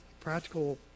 practical